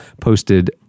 posted